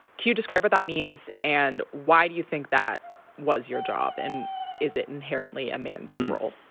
can you describe what that means and why do you think that was your job and is it inherently a man's role?